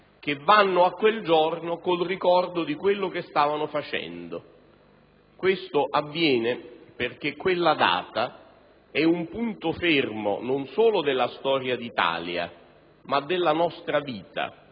che vanno a quel giorno col ricordo di quanto stavano facendo. Questo avviene perché quella data è un punto fermo non solo della storia d'Italia, ma della nostra vita.